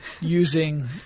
using